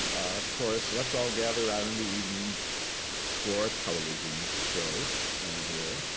of course, let's all gather out in the evening for a television show here.